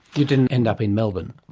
you didn't end up in melbourne.